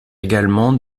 également